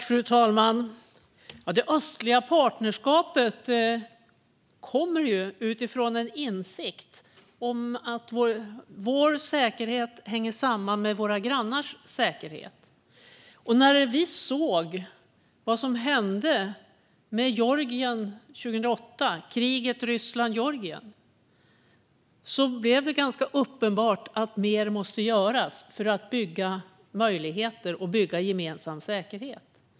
Fru talman! Det östliga partnerskapet bygger på en insikt om att vår säkerhet hänger samman med våra grannars säkerhet. När vi såg vad som hände i Georgien 2008 och kriget mellan Ryssland och Georgien blev det ganska uppenbart att mer måste göras för att bygga gemensam säkerhet.